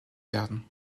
werden